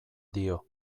dio